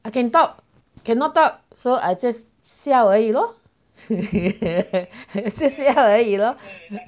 I can talk cannot talk so I just 笑而已 lor 就笑而已 lor